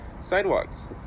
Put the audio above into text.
sidewalks